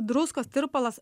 druskos tirpalas